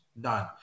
done